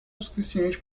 suficiente